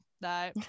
no